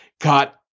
got